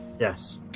Yes